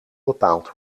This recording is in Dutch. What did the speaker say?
bepaald